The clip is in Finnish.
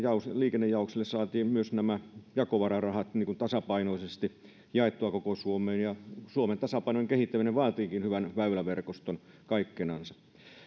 liikennejaostolle saatiin myös nämä jakovararahat tasapainoisesti jaettua koko suomeen suomen tasapainoinen kehittäminen vaatiikin hyvän väyläverkoston kaikkinensa